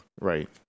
right